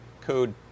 code